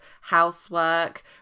housework